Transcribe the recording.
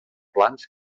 plans